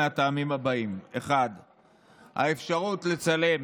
מהטעמים הבאים: 1. האפשרות לצלם